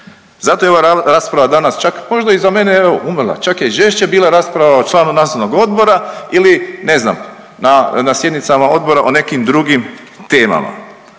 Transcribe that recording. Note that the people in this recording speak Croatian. Zato je ova rasprava danas čak možda i za mene … umrla, čak je i žešće bila rasprava o članu nadzornog odbora ili ne znam na sjednicama odbora o nekim drugim temama.